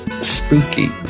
Spooky